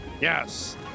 yes